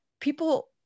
people